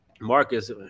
Marcus